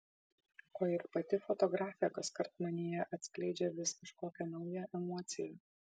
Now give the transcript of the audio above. o ir pati fotografė kaskart manyje atskleidžia vis kažkokią naują emociją